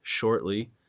shortly